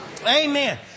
Amen